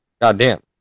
Goddamn